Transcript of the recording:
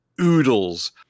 oodles